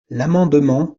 l’amendement